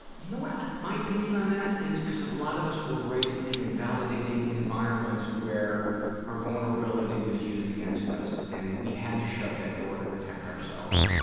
you know what my opinion on that is, cause a lot of us were raised in invalidating environments where our vulnerability was used against us and we had to shut that door to protect ourselves,